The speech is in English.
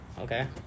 okay